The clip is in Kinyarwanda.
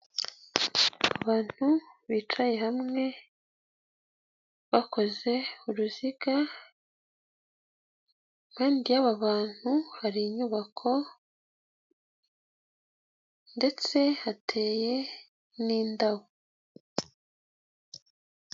Abantu bicaye hamwe, bakoze uruziga, hirya y'abantu hari inyubako ndetse hateye n'indabo.